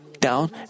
down